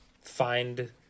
find